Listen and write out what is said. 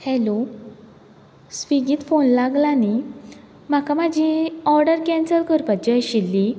hello स्विगीक phone लागला न्ही म्हाका म्हाजी ओर्डर केन्सल करपाची आशिल्ली